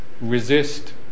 resist